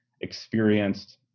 experienced